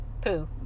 poo